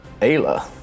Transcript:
Ayla